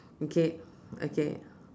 okay okay